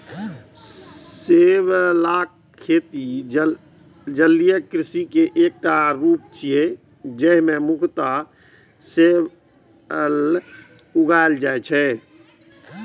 शैवालक खेती जलीय कृषि के एकटा रूप छियै, जाहि मे मुख्यतः शैवाल उगाएल जाइ छै